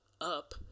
up